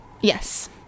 Yes